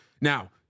Now